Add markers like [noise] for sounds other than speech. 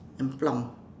and plum [breath]